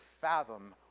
fathom